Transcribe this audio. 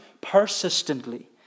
persistently